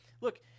look